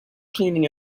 cleaning